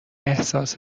احساس